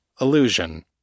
illusion